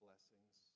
Blessings